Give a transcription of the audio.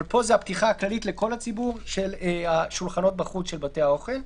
אבל פה זה הפתיחה הכללית לכל הציבור של השולחנות בחוץ של בתי האוכל.